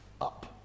up